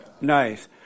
Nice